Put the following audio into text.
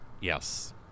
Yes